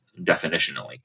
definitionally